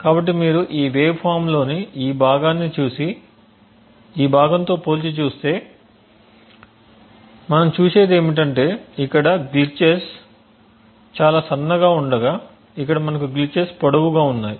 కాబట్టి మీరు ఈ వేవ్ ఫామ్లోని ఈ భాగాన్ని చూసి ఈ భాగంతో పోల్చి చూస్తే మనం చూసేది ఏమిటంటే ఇక్కడ గ్లిచెస్ చాలా సన్నగా ఉండగా ఇక్కడ మనకు గ్లిచెస్ పొడవుగా ఉన్నాయి